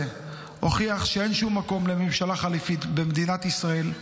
הוכיחו שאין שום מקום לממשלת חילופים במדינת ישראל.